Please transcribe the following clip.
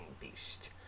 beast